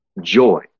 joy